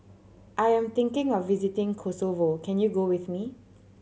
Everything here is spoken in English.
I am thinking of visiting Kosovo can you go with me